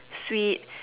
sweet